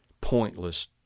pointless